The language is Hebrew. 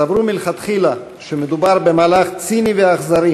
סברו מלכתחילה שמדובר במהלך ציני ואכזרי